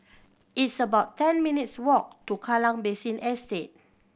it's about ten minutes' walk to Kallang Basin Estate